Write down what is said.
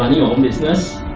business,